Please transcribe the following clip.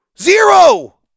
Zero